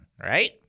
right